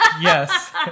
Yes